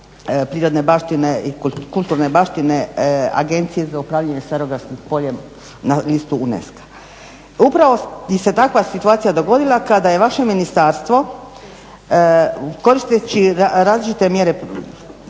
prirodne baštine i kulturne baštine Agencije za upravljanje Starogradskim poljem na listu UNESCO-a. Upravo se takva situacija dogodila kada je vaše ministarstvo koristeći različite mjere dozvoljene,